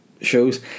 shows